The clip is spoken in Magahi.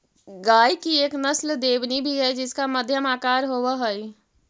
गाय की एक नस्ल देवनी भी है जिसका मध्यम आकार होवअ हई